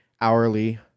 hourly